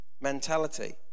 mentality